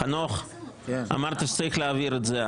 חנוך, אמרת שצריך להעביר את זה.